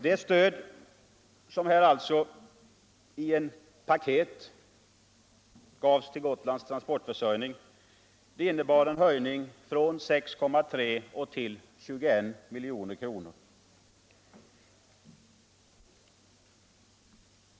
Det stöd som här alltså gavs i ett paket till Gotlands transportförsörjning innebär en höjning av transportstödet från 6,3 till 21 milj.kr.